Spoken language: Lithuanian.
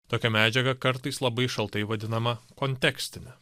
tokia medžiaga kartais labai šaltai vadinama kontekstine